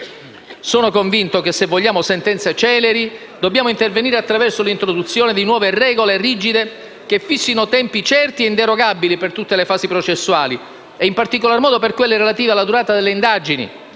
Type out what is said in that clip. Sono convinto che, se vogliamo sentenze celeri, dobbiamo intervenire attraverso l'introduzione di nuove regole rigide che fissino tempi certi e inderogabili per tutte le fasi processuali e, in particolar modo, per quelle relative alla durata delle indagini,